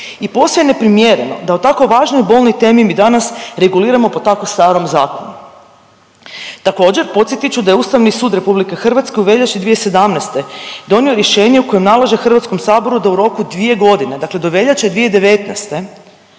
i posve je neprimjereno da o tako važnoj i bolnoj temi mi danas reguliramo po tako starom zakonu. Također podsjetit ću da je Ustavni sud RH u veljači 2017. donio rješenje u kojem nalaže HS-u da roku dvije godine dakle do veljače 2019.,